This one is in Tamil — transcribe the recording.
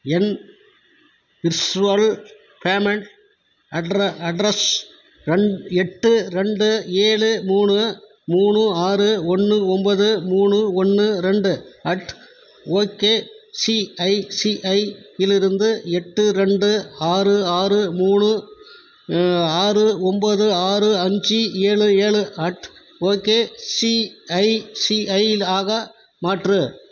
என் விர்ச்சுவல் பேமெண்ட் அட்ர அட்ரெஸ் ரெண்டு எட்டு ரெண்டு ஏழு மூணு மூணு ஆறு ஒன்று ஒம்பது மூணு ஒன்று ரெண்டு அட் ஓகேசிஐசிஐயிலிருந்து எட்டு ரெண்டு ஆறு ஆறு மூணு ஆறு ஒம்பது ஆறு அஞ்சு ஏழு ஏழு அட் ஓகேசிஐசிஐயிலாக மாற்று